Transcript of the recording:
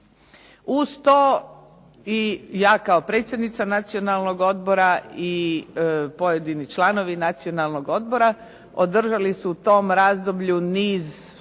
Uz to i ja kao predsjednica Nacionalnog odbora i pojedini članovi Nacionalnog odbora održali su u tom razdoblju niz sastanaka